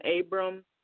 Abram